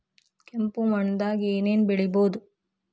ಕೆಂಪು ಮಣ್ಣದಾಗ ಏನ್ ಏನ್ ಬೆಳಿಬೊದು?